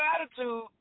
attitude